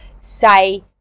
say